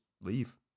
leave